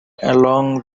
along